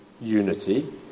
unity